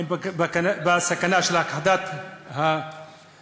אין בה סכנה של הכחדת הדמוקרטיה,